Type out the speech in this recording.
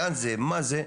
לאן זה ומה זה,